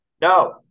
No